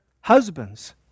husbands